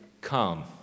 come